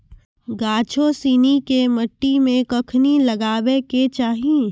गाछो सिनी के मट्टी मे कखनी लगाबै के चाहि?